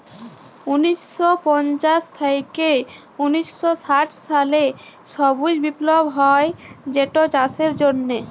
উনিশ শ পঞ্চাশ থ্যাইকে উনিশ শ ষাট সালে সবুজ বিপ্লব হ্যয় যেটচাষের জ্যনহে